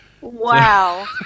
Wow